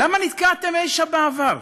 למה נתקעתם אי-שם בעבר?